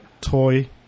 toy